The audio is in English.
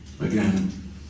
Again